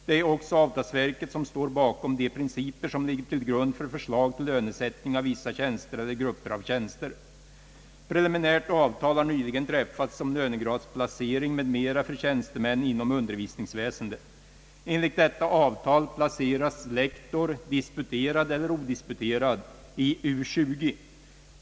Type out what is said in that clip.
Det är också avtalsverket som står bakom de principer som ligger till grund för förslag till lönesättning av vissa tjänster eller grupper av tjänster. Preliminärt avtal har nyligen träffats om lönegradsplacering m.m. för tjänstemän inom undervisningsväsendet. Enligt detta avtal placeras lektor, disputerad eller odisputerad, i U 20.